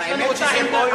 האמת שפה זה יותר טוב.